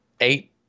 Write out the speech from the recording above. eight